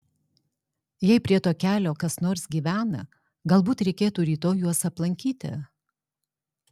jei prie to kelio kas nors gyvena galbūt reikėtų rytoj juos aplankyti